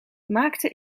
maakte